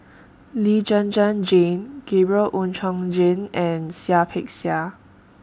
Lee Zhen Zhen Jane Gabriel Oon Chong Jin and Seah Peck Seah